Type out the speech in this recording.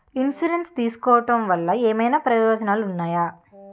Insurance తీసుకోవటం వల్ల ఏమైనా ప్రయోజనాలు ఉన్నాయా?